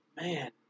man